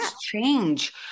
change